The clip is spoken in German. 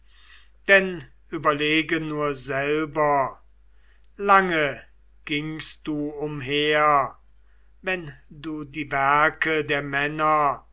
denn überlege nur selber lange gingst du umher wenn du die werke der männer